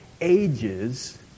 ages